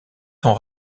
sont